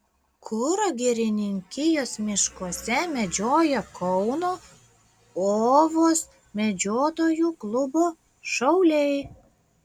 kuro girininkijos miškuose medžioja kauno ovos medžiotojų klubo šauliai